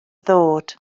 ddod